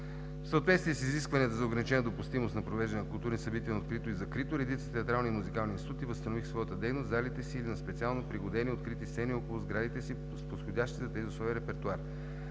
В съответствие с изискванията за ограничена допустимост за провеждане на културни събития на открито и закрито редица театрални и музикални институти възстановиха своята дейност в залите си на специално пригодени открити сцени около сградите си с подходящ за тези условия репертоар.